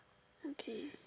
okay